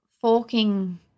forking